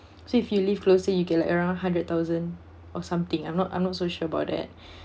so if you live closely you can like around hundred thousand or something I'm not I'm not so sure about that